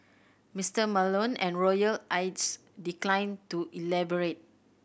Mister Malone and royal aides declined to elaborate